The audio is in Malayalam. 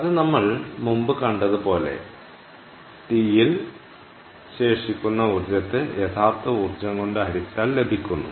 അത് നമ്മൾ മുമ്പ് കണ്ടതുപോലെ τ വിൽ ശേഷിക്കുന്ന ഊർജ്ജത്തെ യഥാർത്ഥ ഊർജ്ജം കൊണ്ട് ഹരിച്ചാൽ ലഭിക്കുന്നു